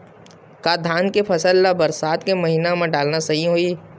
का धान के फसल ल बरसात के महिना डालना सही होही?